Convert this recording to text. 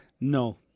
No